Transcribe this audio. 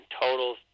total